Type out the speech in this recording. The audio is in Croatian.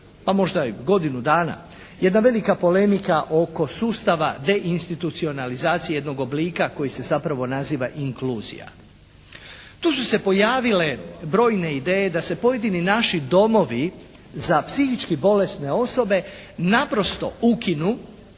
pa možda i godinu dana, jedna velika polemika oko sustava deinstitucionalizacije jednog oblika koji se zapravo naziva inkluzija. Tu su se pojavile brojne ideje da se pojedini naši domovi za psihički bolesne osobe naprosto ukinu,